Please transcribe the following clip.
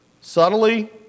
subtly